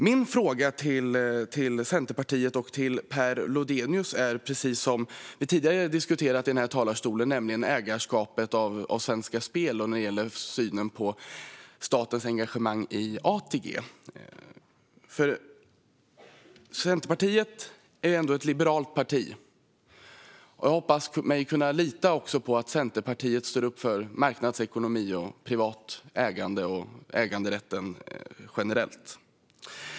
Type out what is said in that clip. Min fråga till Centerpartiet och Per Lodenius gäller, precis som vi tidigare diskuterat i den här talarstolen, ägarskapet av Svenska Spel och synen på statens engagemang i ATG. Centerpartiet är ändå ett liberalt parti. Jag hoppas därför kunna lita på att Centerpartiet står upp för marknadsekonomi, privat ägande och äganderätten generellt.